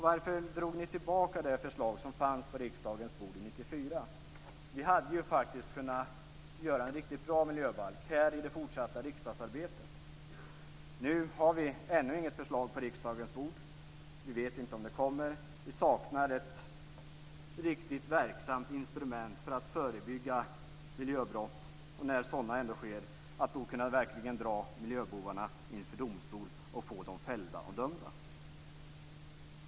Varför drog ni tillbaka det förslag som fanns på riksdagens bord 1994? Det hade kunnat bli en riktigt bra miljöbalk i det fortsatta riksdagsarbetet. Nu finns ännu inget förslag på riksdagens bord, och vi vet inte om det kommer något. Vi saknar ett riktigt verksamt instrument för att förebygga miljöbrott, och när sådana ändå sker, för att verkligen kunna dra miljöbovarna inför domstol och få dem fällda och dömda.